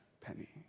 penny